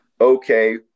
okay